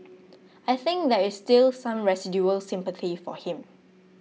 I think there is still some residual sympathy for him